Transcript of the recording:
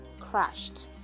crashed